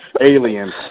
aliens